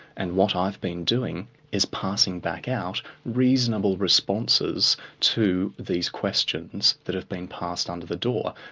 and what i've been doing is passing back out reasonable responses to these questions that have been passed under the door.